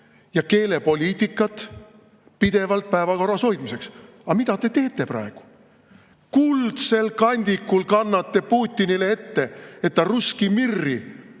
ja keelepoliitikat, pidevalt päevakorras hoida. Aga mida te teete praegu? Kuldsel kandikul kannate Putinile ette, etrusski mir'i